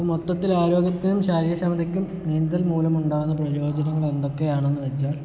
മൊത്തത്തിൽ ആരോഗ്യത്തിനും ശാരീരിക ക്ഷമതക്കും നീന്തൽ മൂലം ഉണ്ടാകുന്ന പ്രയോജങ്ങൾ എന്തൊക്കെയാണെന്ന് വെച്ചാൽ